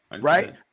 Right